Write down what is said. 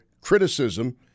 criticism